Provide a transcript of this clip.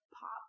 pop